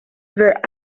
were